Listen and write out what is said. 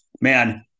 man